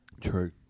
True